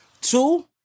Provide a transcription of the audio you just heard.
Two